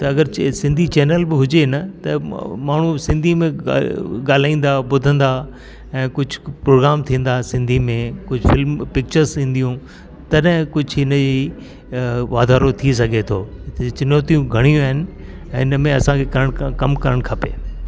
त अगरि सिंधी चैनल बि हुजे न त माण्हू सिंधी में ॻाल्हाईंदा ॿुधंदा ऐं कुझु प्रोग्राम थींदा सिंधी में कोई फिल्म पिचर्स ईंदियूं तॾहिं कुझु हिन ई वाधारो थी सघे तो चुनौतियूं घणियूं आहिनि ऐं हिन में असांखे कन कमु करणु खपे